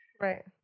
Right